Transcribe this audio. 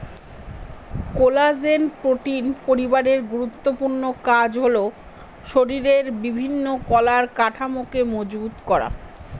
collagen protein পরিবারের গুরুত্বপূর্ণ কাজ হল শরীরের বিভিন্ন কলার কাঠামোকে মজবুত করা